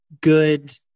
Good